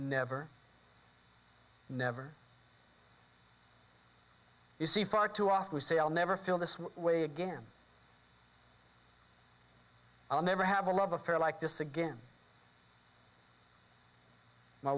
never never you see far too often to say i'll never feel this way again i'll never have a love affair like this again my